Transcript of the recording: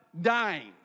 dying